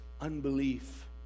unbelief